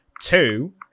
Two